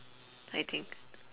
I think